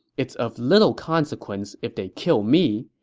it's of little consequence if they kill me,